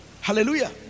Hallelujah